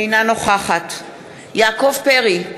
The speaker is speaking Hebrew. אינה נוכחת יעקב פרי,